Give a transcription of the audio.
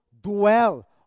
dwell